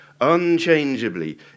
unchangeably